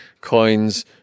coins